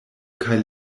kaj